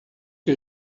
que